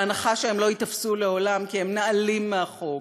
בהנחה שהם לא ייתפסו מעולם כי הם נעלים מהחוק.